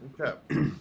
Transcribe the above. Okay